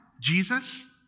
Jesus